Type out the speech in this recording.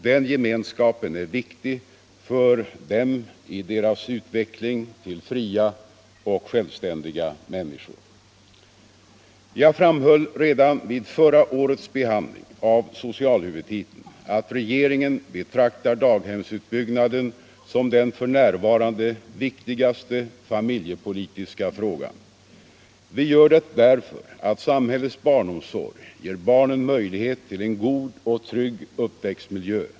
Den gemenskapen är viktig för dem i deras utveckling till fria och självständiga människor. Jag framhöll redan vid förra årets behandling av socialhuvudtiteln att regeringen betraktar daghemsutbyggnaden som den f.n. viktigaste familjepolitiska frågan. Vi gör det därför att samhällets barnomsorg ger barnen möjlighet till en god och trygg uppväxtmiljö.